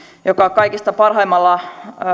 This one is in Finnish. joka kaikista parhaimmalla